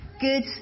good